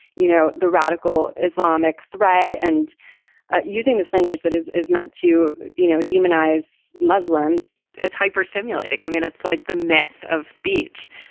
you know, the radical islamic threat and using this language that is is meant to you know demonize muslims it's hyper stimulating. i mean, it's like the math of speech.